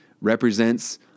represents